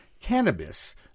Cannabis